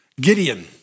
Gideon